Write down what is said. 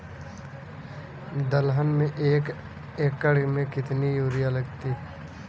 दलहन में एक एकण में कितनी यूरिया लगती है?